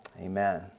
amen